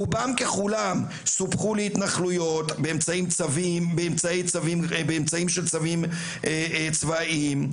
רובם ככולם סופחו להתנחלויות באמצעים של צווים צבאיים,